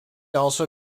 also